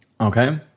Okay